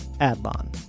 Adlon